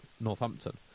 Northampton